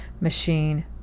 machine